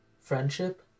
friendship